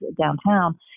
downtown